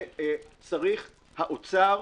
שצריך משרד האוצר,